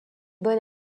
bonne